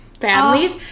families